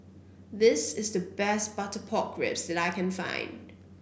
this is the best Butter Pork Ribs that I can find